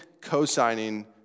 co-signing